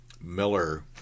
Miller